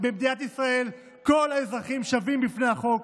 במדינת ישראל כל האזרחים שווים בפני החוק.